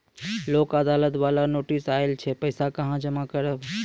लोक अदालत बाला नोटिस आयल छै पैसा कहां जमा करबऽ?